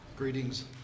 Greetings